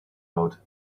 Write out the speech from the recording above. out